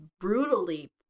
brutally